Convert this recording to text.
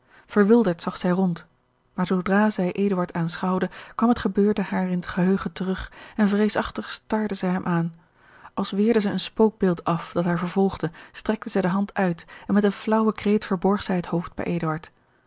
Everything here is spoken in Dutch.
verwilderd zag zij rond maar zoodra zij eduard aanschouwde kwam het gebeurde haar in het geheugen terug en vreesachtig starde zij hem aan als weerde zij een spookbeeld af dat haar vervolgde strekte zij de hand uit en met een flaauwen kreet verborg zij het hoofd bij